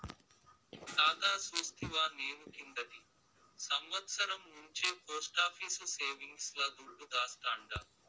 తాతా సూస్తివా, నేను కిందటి సంవత్సరం నుంచే పోస్టాఫీసు సేవింగ్స్ ల దుడ్డు దాస్తాండా